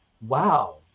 wow